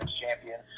champion